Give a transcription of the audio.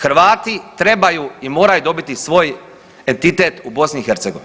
Hrvati trebaju i moraju dobiti svoj entitet u BiH.